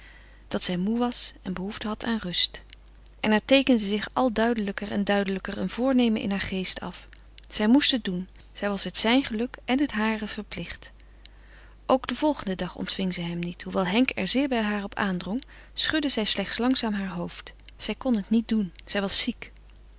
dat zij moê was en behoefte had aan rust en er teekende zich al duidelijker en duidelijker een voornemen in haar geest af zij moest het doen zij was het zijn geluk en het hare verplicht ook den volgenden dag ontving zij hem niet hoewel henk er zeer bij haar op aandrong schudde zij slechts langzaam heur hoofd zij kon het niet doen zij was ziek